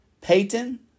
Payton